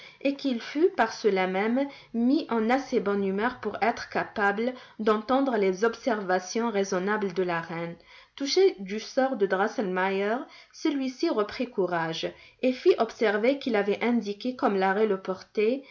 et qu'il fût par cela même mis en assez bonne humeur pour être capable d'entendre les observations raisonnables de la reine touchée du sort de drosselmeier celui-ci reprit courage et fit observer qu'il avait indiqué comme l'arrêt le portait